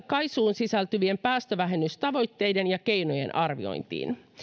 kaisuun sisältyvien päästövähennystavoitteiden ja keinojen arviointiin